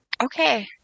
Okay